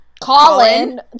Colin